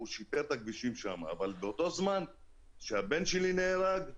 הוא שיפר את הכבישים שם אבל באותו זמן שהבן שלי נהרג,